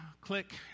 click